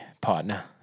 partner